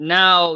now